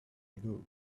ago